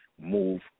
move